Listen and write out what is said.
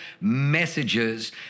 messages